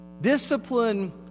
Discipline